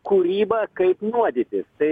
kūryba kaip nuodyti tai